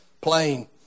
Plain